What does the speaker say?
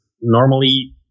normally